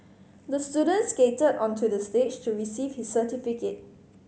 the student skated onto the stage to receive his certificate